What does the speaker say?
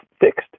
fixed